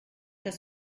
das